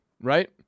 right